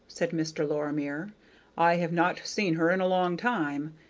said mr. lorimer i have not seen her in a long time.